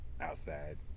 Outside